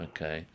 Okay